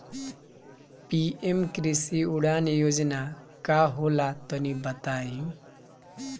PM कृषि उड़ान योजना का होला तनि बताई?